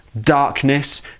darkness